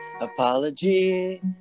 apology